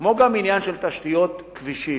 כמו גם עניין של תשתיות, כבישים.